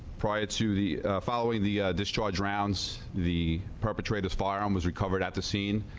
prior to the following the discharge rounds the perpetrators firearm was recovered at the scene.